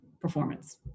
performance